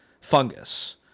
fungus